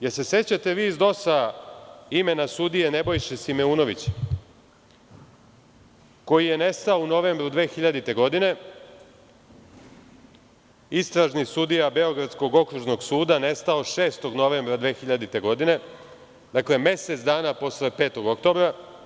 Da li se sećate vi iz DOS imena sudije Nebojše Simeunovića, koji je nestao u novembru 2000. godine, istražni sudija Beogradskog okružnog suda nestao 6. novembra 2000. godine, dakle, mesec dana posle 5. oktobra?